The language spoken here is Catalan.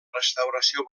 restauració